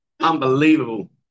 Unbelievable